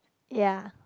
ya